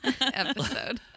episode